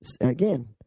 again